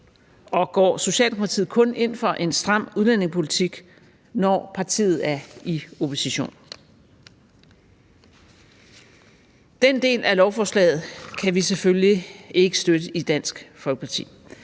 Og går Socialdemokratiet kun ind for en stram udlændingepolitik, når partiet er i opposition? Den del af lovforslaget kan vi selvfølgelig ikke støtte i Dansk Folkeparti.